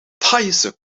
thaise